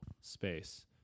space